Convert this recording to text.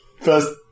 first